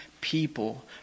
people